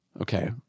Okay